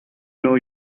know